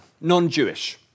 non-Jewish